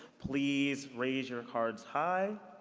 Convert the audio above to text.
please raise your cards high.